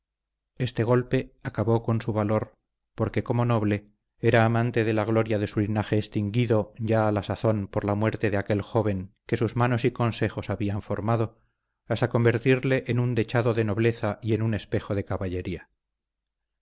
este golpe acabó con su valor porque como noble era amante de la gloria de su linaje extinguido ya a la sazón por la muerte de aquel joven que sus manos y consejos habían formado hasta convertirle en un dechado de nobleza y en un espejo de caballería